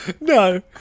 No